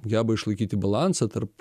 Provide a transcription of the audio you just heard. geba išlaikyti balansą tarp